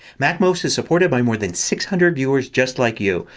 macmost is supported by more than six hundred viewers just like you.